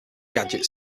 gadget